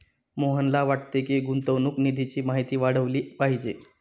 मोहनला वाटते की, गुंतवणूक निधीची माहिती वाढवली पाहिजे